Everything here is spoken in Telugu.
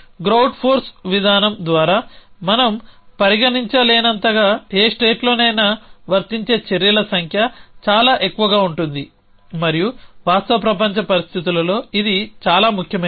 గ్రౌట్ ఫోర్స్ విధానం ద్వారా మనం పరిగణించలేనంతగా ఏ స్టేట్లోనైనా వర్తించే చర్యల సంఖ్య చాలా ఎక్కువగా ఉంటుంది మరియు వాస్తవ ప్రపంచ పరిస్థితులలో ఇది చాలా ముఖ్యమైనది